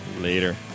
Later